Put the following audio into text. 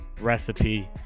recipe